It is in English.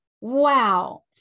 wow